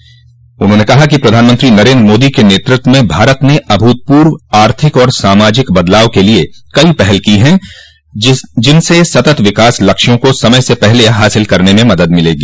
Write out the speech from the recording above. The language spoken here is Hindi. श्रीमती सुषमा स्वराज ने कहा कि प्रधानमंत्री नरेन्द्र मोदी के नेतृत्व में भारत ने अभूतपूर्व आर्थिक और सामाजिक बदलाव के लिए कई पहल की हैं जिनसे सतत विकास लक्ष्यों को समय से पहले हासिल करने में मदद मिलेगी